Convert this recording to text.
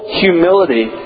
humility